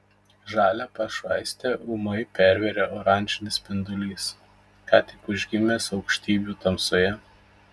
žalią pašvaistę ūmai pervėrė oranžinis spindulys ką tik užgimęs aukštybių tamsoje